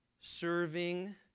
serving